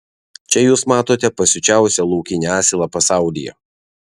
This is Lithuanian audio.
čia jūs matote pasiučiausią laukinį asilą pasaulyje